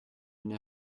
n’ai